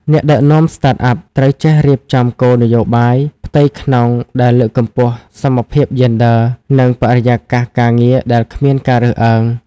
អ្នកដឹកនាំ Startup ត្រូវចេះរៀបចំគោលនយោបាយផ្ទៃក្នុងដែលលើកកម្ពស់សមភាពយេនឌ័រ និងបរិយាកាសការងារដែលគ្មានការរើសអើង។